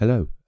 Hello